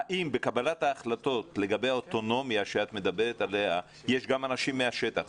האם בקבלת ההחלטות האוטונומיה עליה את מדברת יש גם אנשים מהשטח?